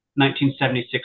1976